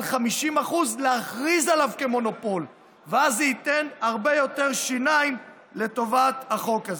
50%. ואז זה ייתן הרבה יותר שיניים לטובת החוק הזה.